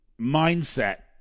mindset